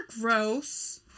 gross